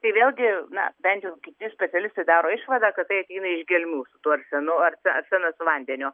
tai vėlgi na bent jau kiti specialistai daro išvadą kad taip eina iš gelmių su tuo arsenu ar ta arsenas su vandeniu